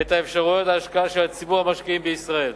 את אפשרויות ההשקעה של ציבור המשקיעים בישראל.